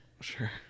Sure